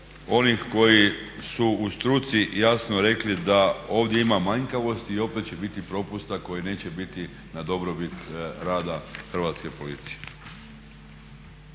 onih koji su u struci jasno rekli da ovdje ima manjkavosti i opet će biti propusta koji neće biti na dobrobit rada Hrvatske policije.